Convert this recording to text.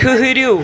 ٹھٕہرِِو